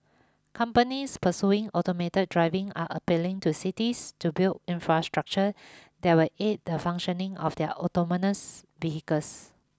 companies pursuing automated driving are appealing to cities to build infrastructure that will aid the functioning of their autonomous vehicles